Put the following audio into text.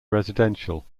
residential